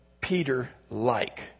Peter-like